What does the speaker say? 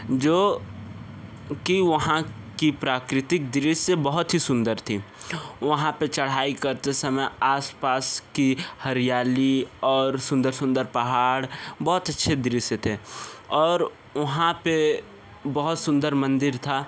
जो कि वहाँ के प्राकृतिक दृश्य बहुत ही सुंदर थे वहाँ पर चढ़ाई करते समय आस पास की हरियाली और सुंदर सुंदर पहाड़ बहुत अच्छे दृश्य थे और वहाँ पर बहुत सुंदर मंदिर था